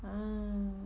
ah